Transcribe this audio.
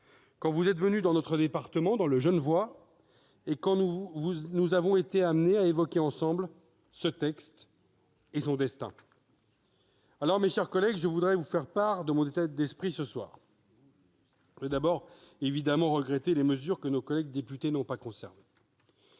quand vous êtes venue dans notre département, en particulier dans le Genevois, et quand nous avons été amenés à évoquer ensemble ce texte et son destin. Alors, mes chers collègues, je voudrais vous faire part de mon état d'esprit ce soir. Je voudrais d'abord regretter les mesures que nos collègues députés n'ont pas conservées.